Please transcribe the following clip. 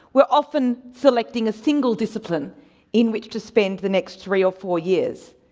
we're often selecting a single discipline in which to spend the next three or four years.